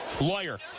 Lawyer